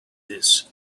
this